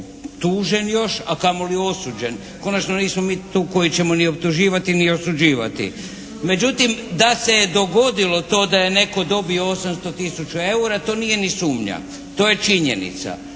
optužen još a kamoli osuđen. Konačno nismo mi tu koji ćemo ni optuživati ni osuđivati. Međutim, da se je dogodilo to da je netko dobio 800 tisuća eura to nije ni sumnja. To je činjenica.